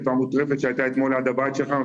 והמוטרפת שהייתה אתמול לי הבית שלך.